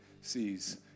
sees